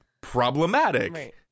problematic